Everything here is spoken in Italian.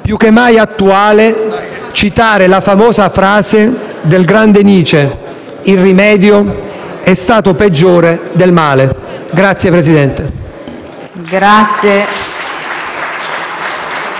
più che mai attuale, citare la famosa frase del grande Nietzsche: «Il rimedio è stato peggiore del male». *(Applausi